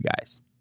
guys